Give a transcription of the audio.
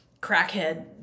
crackhead